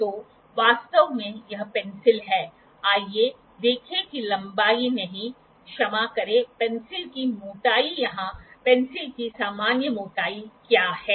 तो वास्तव में यह पेंसिल है आइए देखें कि लंबाई नहीं क्षमा करें पेंसिल की मोटाई यहां पेंसिल की सामान्य मोटाई क्या है